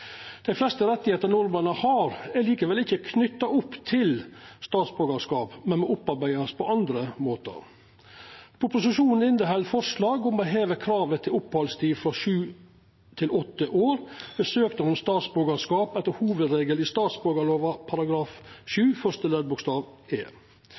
Dei fleste rettar nordmenn har, er likevel ikkje knytte opp til statsborgarskap, men må opparbeidast på andre måtar. Proposisjonen inneheld forslag om å heva kravet til opphaldstid frå sju til åtte år ved søknad om statsborgarskap etter hovudregel i statsborgarlova § 7 første ledd bokstav e.